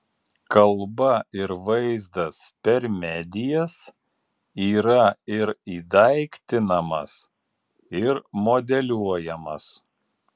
kalba ir vaizdas per medijas yra ir įdaiktinamas ir modeliuojamas